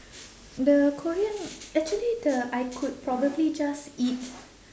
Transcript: the korean actually the I could probably just eat